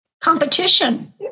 competition